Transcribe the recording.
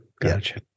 Gotcha